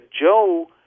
Joe